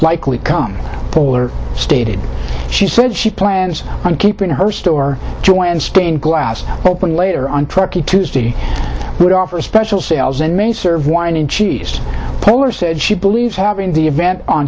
likely come polar stated she said she plans on keeping her store joy and stained glass open later on truckee tuesday would offer special sales and may serve wine and cheese puller said she believes having the event on